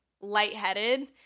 lightheaded